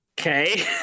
Okay